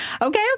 okay